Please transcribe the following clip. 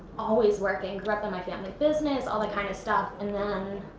always working. group up in my family business. all that kind of stuff. and then